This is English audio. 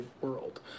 world